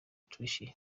tricia